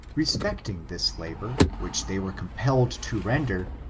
respecting this labor, which they were compelled to render,